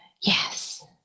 Yes